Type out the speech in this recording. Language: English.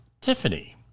Tiffany